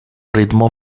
ritmo